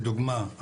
לדוגמה,